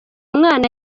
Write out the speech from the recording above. umwana